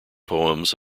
poems